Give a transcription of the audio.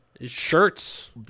Shirts